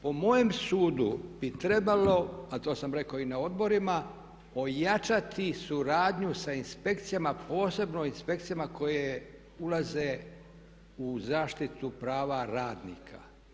Po mojem sudu bi trebalo a to sam rekao i na odborima ojačati suradnju sa inspekcijama, posebno inspekcijama koje ulaze u zaštitu prava radnika.